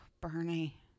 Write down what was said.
Bernie